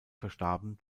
verstarben